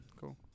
Cool